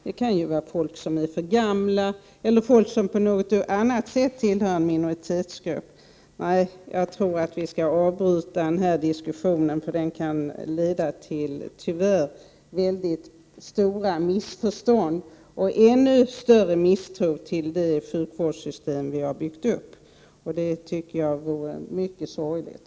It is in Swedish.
Det kan vara människor som är för gamla eller som på något annat sätt tillhör en minoritetsgrupp. Nej, jag tror att det är klokast att avbryta den diskussionen, för den kan tyvärr leda till väldigt stora missförstånd och ännu större misstro mot det sjukvårdssystem som vi har byggt upp, och det tycker jag vore mycket sorgligt.